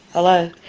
hello?